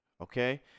okay